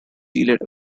delayed